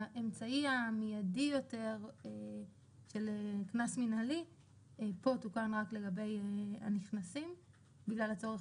האמצעי המיידי יותר של קנס מנהלי פה תוקן רק לגבי הנכנסים בגלל הצורך